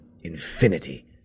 infinity